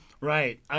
Right